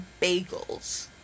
bagels